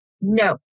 No